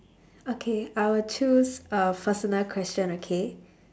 okay I will choose a personal question okay